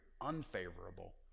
unfavorable